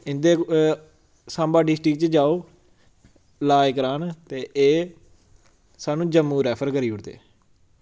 इन्दे साम्बा डिस्ट्रिक च जाओ इलाज करान ते एह् सानूं जम्मू रैफर करी ओड़दे